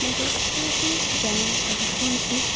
ମୋତେ କୌଣସି ଯାନ ଏବଂ କୌଣସି